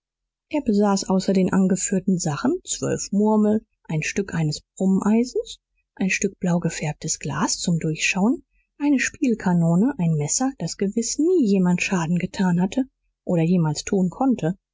er besaß außer den angeführten sachen zwölf murmel ein stück eines brummeisens ein stück blau gefärbtes glas zum durchschauen eine spielkanone ein messer das gewiß nie jemand schaden getan hatte oder jemals tun konnte